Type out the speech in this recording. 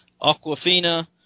Aquafina